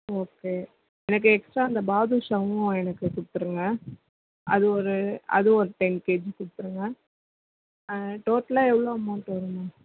okay எனக்கு extra அந்த பாதுஷாவும் எனக்கு கொடுத்துருங்க அது ஒரு அது ஒரு டென் கேஜி கொடுத்துருங்க டோட்டலாக எவ்வளோ அமௌண்ட் வருங்க